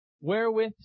wherewith